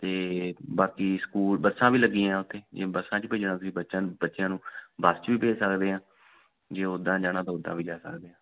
ਅਤੇ ਬਾਕੀ ਸਕੂਲ ਬੱਸਾਂ ਵੀ ਲੱਗੀਆਂ ਉੱਥੇ ਜੇ ਬੱਸਾਂ 'ਚ ਭੇਜਣਾ ਤੁਸੀਂ ਬੱਚਿਆਂ ਬੱਚਿਆਂ ਨੂੰ ਬੱਸ 'ਚ ਵੀ ਭੇਜ ਸਕਦੇ ਹਾਂ ਜੇ ਓਦਾਂ ਜਾਣਾ ਤਾਂ ਓਦਾਂ ਵੀ ਜਾ ਸਕਦੇ ਆ